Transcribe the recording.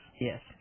Yes